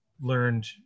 learned